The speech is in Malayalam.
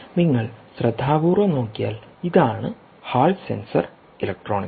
നിങ്ങൾ ശ്രദ്ധാപൂർവ്വം നോക്കിയാൽ ഇതാണ് ഹാൾ സെൻസർ ഇലക്ട്രോണിക്സ്